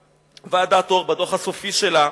ועדת-אור, בדוח הסופי שלה,